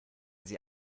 sie